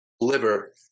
liver